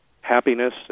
happiness